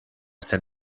sen